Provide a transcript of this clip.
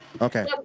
Okay